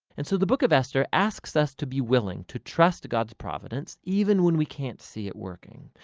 and so the book of esther asks us to be willing to trust god's providence even when we can't see it working.